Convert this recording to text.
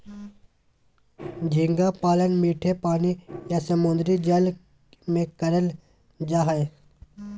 झींगा पालन मीठे पानी या समुंद्री जल में करल जा हय